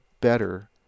better